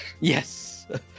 Yes